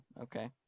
Okay